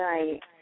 Right